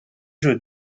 jeux